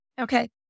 Okay